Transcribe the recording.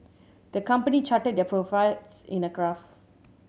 the company charted their profits in a graph